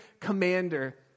commander